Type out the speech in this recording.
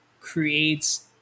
creates